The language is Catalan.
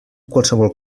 qualsevol